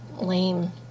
lame